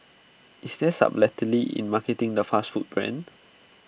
is there subtlety in marketing the fast food brand